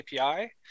API